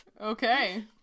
Okay